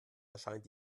erscheint